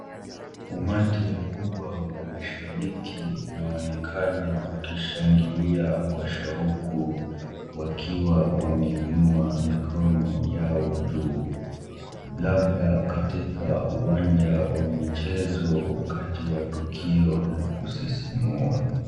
Umati mkubwa wa mashabiki unaonekana ukishangilia kwa shauku wakiwa wameinua mikono yao juu, labda katika uwanja wa michezo wakati wa tukio la kusisimua.